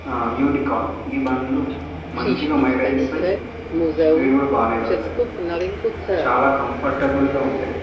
unicorn ఈ బండ్లు మంచిగా మైలేజ్ ఇస్తాయి స్పీడ్ కూడా బాగానే వెళ్తాయి చాలా కంఫర్టబుల్గా ఉంటాయి